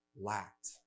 lacked